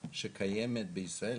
שקיימת בישראל,